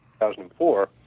2004